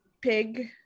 pig